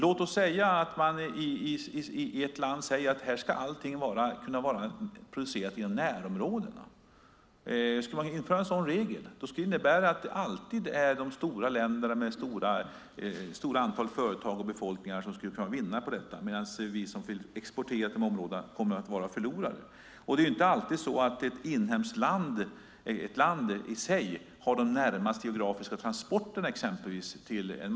Om man i ett visst land säger att allt ska vara producerat i närområdet och skulle införa en sådan regel, då skulle det innebära att det alltid är de stora länderna med stort antal företag och stora befolkningar som skulle vinna på det, medan vi som exporterar till de områdena kommer att vara förlorare. Det är inte alltid så att ett inhemskt land har de närmaste geografiska transporterna till en viss marknad.